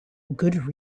good